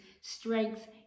strength